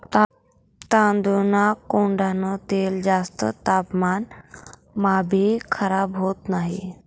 तांदूळना कोंडान तेल जास्त तापमानमाभी खराब होत नही